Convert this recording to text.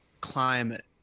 climate